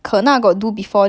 ya